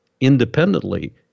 independently